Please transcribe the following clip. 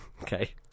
Okay